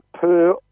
per-